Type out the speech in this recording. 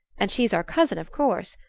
and she's our cousin, of course.